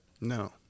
No